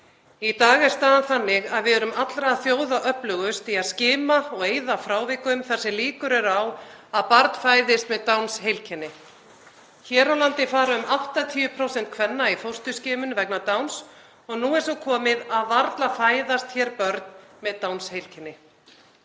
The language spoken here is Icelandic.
Í dag er staðan þannig að við erum allra þjóða öflugust í að skima og eyða frávikum þar sem líkur eru á að barn fæðist með Downs-heilkenni. Hér á landi fara 80% kvenna í fósturskimun vegna Downs og nú er svo komið að varla fæðast börn með Downs-heilkenni.